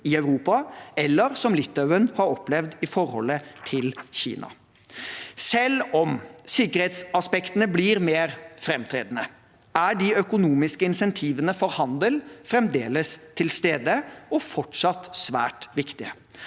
i Europa eller som Litauen har opplevd i forholdet til Kina. Selv om sikkerhetsaspektene blir mer framtredende, er de økonomiske insentivene for handel fremdeles til stede og fortsatt svært viktige.